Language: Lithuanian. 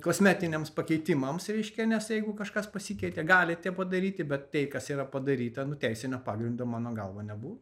kosmetiniams pakeitimams reiškia nes jeigu kažkas pasikeitė gali tie padaryti bet tai kas yra padaryta nu teisinio pagrindo mano galva nebuvo